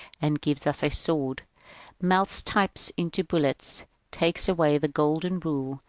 and gives us a sword melts types into bullets takes away the golden rule,